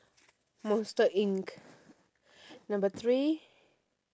monster inc number three